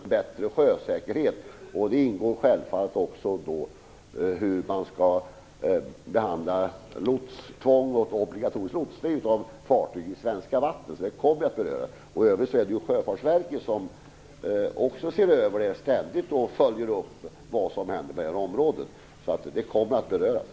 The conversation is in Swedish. Herr talman! Vi har här talat om uppgiften att se över detta, så att vi får en bättre sjösäkerhet. Självfallet ingår där också frågor om hur lotstvång och obligatorisk lotsning av fartyg på svenska vatten skall behandlas. Sådana frågor kommer alltså att tas upp. I övrigt har Sjöfartsverket också att ständigt se över detta och att följa upp vad som händer på det här området.